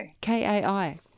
K-A-I